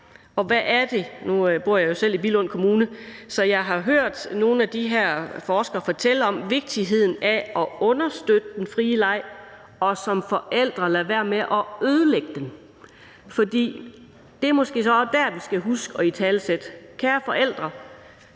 Og hvad er det? Nu bor jeg jo selv i Billund Kommune, så jeg har hørt nogle af de her forskere fortælle om vigtigheden af at understøtte den frie leg og som forældre lade være med at ødelægge den. For det er måske også der vi skal huske at italesætte det: Kære forældre,